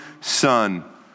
son